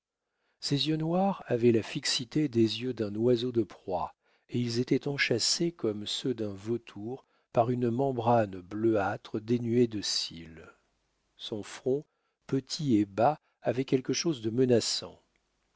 ses yeux noirs avaient la fixité des yeux d'un oiseau de proie et ils étaient enchâssés comme ceux d'un vautour par une membrane bleuâtre dénuée de cils son front petit et bas avait quelque chose de menaçant